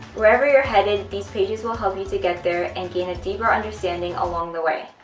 wherever you're headed these pages will help you to get there and gain a deeper understanding along the way.